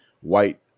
white